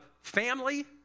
family